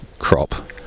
crop